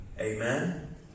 Amen